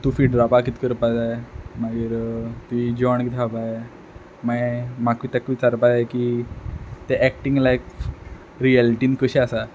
तूं फीट रावपा कीत करपा जाय मागीर तुंय जेवण कीत हावपा जाय मागीर म्हाक तेक विचारपा जाय की तें एक्टींग लायक रिएलिटीन कशें आसा